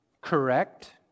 correct